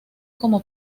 como